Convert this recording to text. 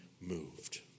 moved